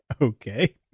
Okay